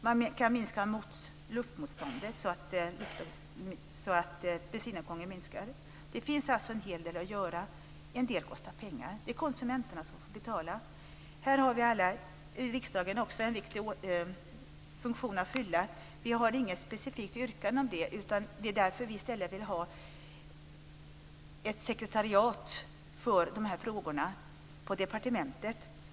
Man kan minska luftmotståndet så att bensinåtgången minskar. Det finns alltså en hel del att göra. En del kostar pengar. Det är konsumenterna som får betala. Här har vi alla i riksdagen en funktion att fylla. Vi har inget specifikt yrkande om det. Vi vill i stället ha ett sekretariat för de här frågorna på departementet.